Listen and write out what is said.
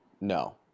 no